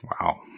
Wow